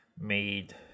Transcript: made